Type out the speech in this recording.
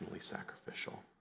sacrificial